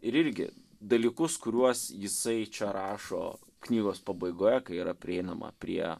ir irgi dalykus kuriuos jisai čia rašo knygos pabaigoje kai yra prieinama prie